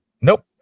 Nope